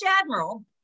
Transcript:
Admiral